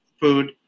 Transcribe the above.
food